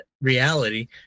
reality